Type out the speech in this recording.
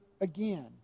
again